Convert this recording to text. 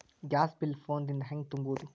Gas bill phone ದಿಂದ ಹ್ಯಾಂಗ ತುಂಬುವುದು?